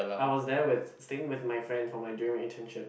I was there with staying with my friend for my during my internship